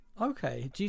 Okay